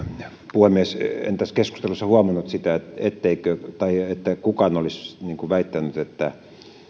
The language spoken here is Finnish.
puhemies en tässä keskustelussa huomannut sitä että kukaan olisi väittänyt että